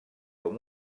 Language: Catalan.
com